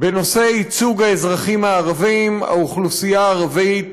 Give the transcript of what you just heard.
בנושא ייצוג האזרחים הערבים, האוכלוסייה הערבית,